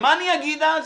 ומה אני אגיד אז?